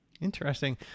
Interesting